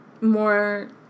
more